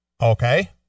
okay